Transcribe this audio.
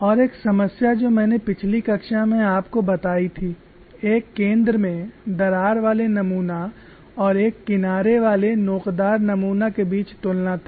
और एक समस्या जो मैंने पिछली कक्षा में आपको बताई थी एक केंद्र में दरार वाले नमूना और एक किनारे वाले नोकदार नमूना के बीच तुलना थी